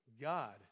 God